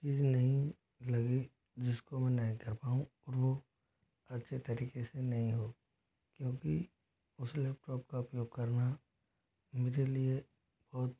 चीज नहीं लगी जिसको मैं नहीं कर पाऊँ और वो अच्छे तरीके से नहीं हो क्योंकि उस लैपटॉप का उपयोग करना मेरे लिए बहुत